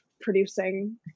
producing